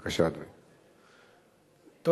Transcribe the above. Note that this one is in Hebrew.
בבקשה, אדוני.